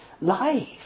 life